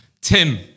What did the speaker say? Tim